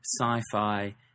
sci-fi